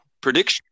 Prediction